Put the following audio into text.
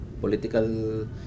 political